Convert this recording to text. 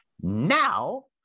Now